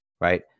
right